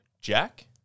Jack